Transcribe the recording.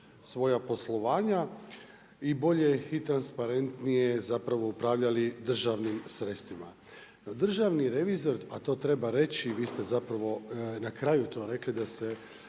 svoja poslovanja i bolje i transparentnije upravljali državnim sredstvima. Državni revizor, a to treba reći, vi ste na kraju to rekli da se